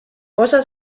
osa